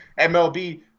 MLB